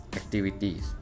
activities